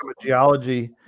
geology